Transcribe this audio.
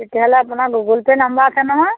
তেতিয়াহ'লে আপোনাৰ Google pay number আছে নহয়